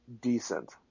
decent –